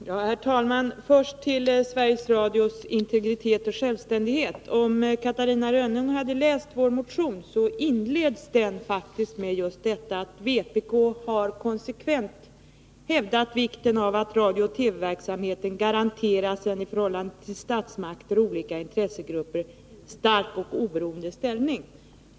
Herr talman! Först till frågan om Sveriges Radios integritet och självständighet. Om Catarina Rönnung hade läst vår motion, skulle hon ha funnit att den faktiskt inleds med att vpk konsekvent har hävdat vikten av att radiooch TV-verksamheten garanteras en i förhållande till statsmakterna och olika intressegrupper stark och oberoende ställning.